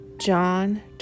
John